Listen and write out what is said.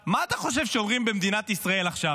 מה אתה חושב שאומרים במדינת ישראל עכשיו?